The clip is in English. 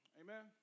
Amen